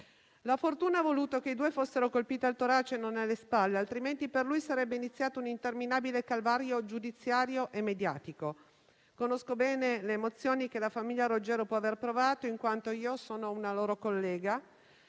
La fortuna ha voluto che i due fossero colpiti al torace e non alle spalle, altrimenti per lui sarebbe iniziato un interminabile calvario giudiziario e mediatico. Conosco bene le emozioni che la famiglia Roggero può aver provato in quanto sono una loro collega;